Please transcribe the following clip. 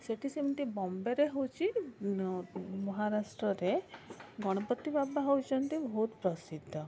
ସେଇଠି ସେମତି ବମ୍ବେରେ ହେଉଛି ମହାରାଷ୍ଟ୍ରରେ ଗଣପତି ବାବା ହେଉଛନ୍ତି ବହୁତ ପ୍ରସିଦ୍ଧ